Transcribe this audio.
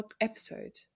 episode